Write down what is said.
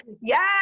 yes